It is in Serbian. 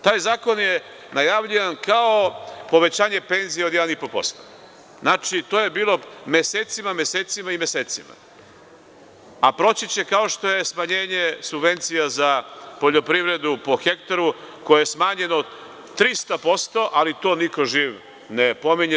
Taj zakon je najavljivan kao povećanje penzija od 1,5%, to je bilo mesecima, mesecima i mesecima, a proći će kao što je smanjenje subvencija za poljoprivredu po hektaru koje je smanjeno 300%, ali to niko živ ne pominje.